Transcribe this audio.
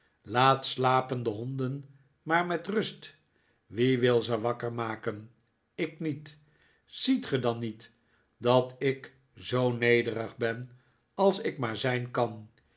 laat slapende nonden maar met rust wie wil ze wakker maken ik niet ziet ge dan niet dat ik zoo nederig ben als ik maar zijn kan